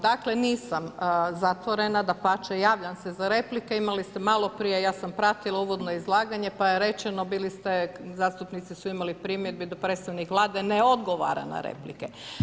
Dakle, nisam zatvorena dapače javljam se za replike imali ste maloprije, ja sam pratila uvodno izlaganje pa je rečeno, bili ste, zastupnici su imali primjedbe da predstavnik vlade ne odgovara na replike.